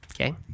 okay